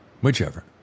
whichever